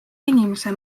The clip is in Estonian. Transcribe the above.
inimese